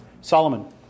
Solomon